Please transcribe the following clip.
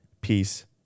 peace